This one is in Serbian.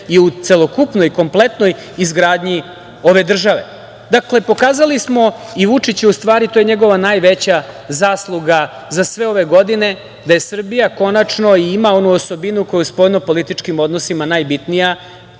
i u celokupnoj, kompletnoj izgradnji ove države. Dakle, pokazali smo i Vučić je… U stvari, to je njegova najveća zasluga za sve ove godine, da Srbija konačno ima onu osobinu koja je u spoljno-političkim odnosima najbitnija